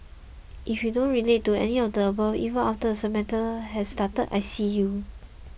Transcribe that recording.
if you don't relate to any of the above even after the semester has started I see you